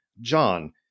John